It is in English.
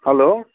hello